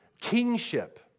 kingship